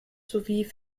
sowie